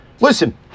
Listen